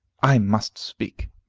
i must speak.